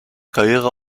karriere